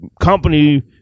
company